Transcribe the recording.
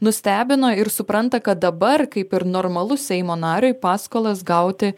nustebino ir supranta kad dabar kaip ir normalu seimo nariui paskolas gauti